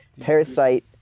Parasite